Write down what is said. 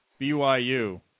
BYU